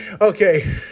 Okay